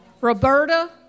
Roberta